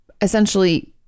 essentially